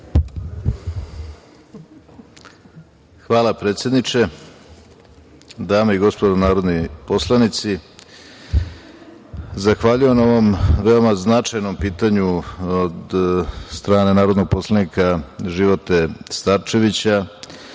Hvala predsedniče. Dame i gospodo narodni poslanici, zahvaljujem na ovom veoma značajnom pitanju od strane narodnog poslanika Živote Starčevića.